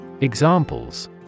Examples